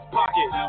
pocket